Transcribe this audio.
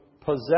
possess